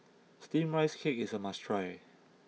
Steamed Rice Cake is a must try